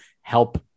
help